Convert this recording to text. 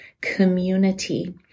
community